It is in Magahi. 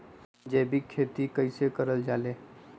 जैविक खेती कई से करल जाले?